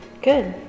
good